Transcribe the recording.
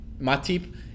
Matip